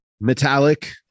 Metallic